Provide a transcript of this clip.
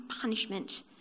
punishment